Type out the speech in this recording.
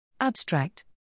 Abstract